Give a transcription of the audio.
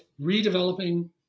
redeveloping